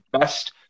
best